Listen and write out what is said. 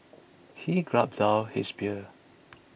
he gulped down his beer